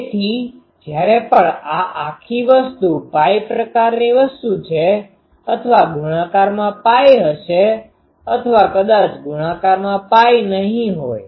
તેથી જ્યારે પણ આ આખી વસ્તુ Π પ્રકારની વસ્તુ છે અથવા ગુણાકારમાં Π હશે અથવા કદાચ ગુણાકારમાં Π નહિ હોઈ